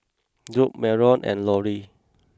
Jobe Marion and Lorie